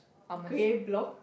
grey block